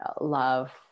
love